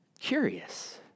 curious